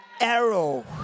arrow